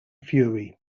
fury